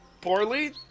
poorly